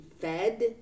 fed